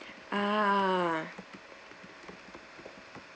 ah